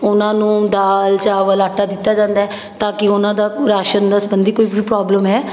ਉਹਨਾਂ ਨੂੰ ਦਾਲ ਚਾਵਲ ਆਟਾ ਦਿੱਤਾ ਜਾਂਦਾ ਤਾਂ ਕਿ ਉਹਨਾਂ ਦਾ ਰਾਸ਼ਨ ਨਾਲ ਸੰਬੰਧੀ ਕੋਈ ਵੀ ਪ੍ਰੋਬਲਮ ਹੈ